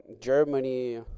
Germany